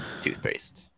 toothpaste